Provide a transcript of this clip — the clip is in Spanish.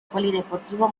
polideportivo